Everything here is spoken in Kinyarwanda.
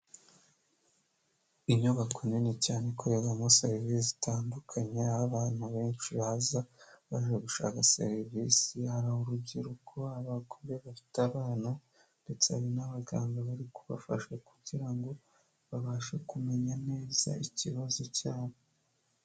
Inyubako nini cyane ikorerwamo serivise zitandukanye aho abantu benshi baza baje gushaka serivise hari urubyiruko, abagore bafite abana, ndetse hari n'abaganga bari kubafasha kugirango ngo babashe kumenya neza ikibazo cya bo.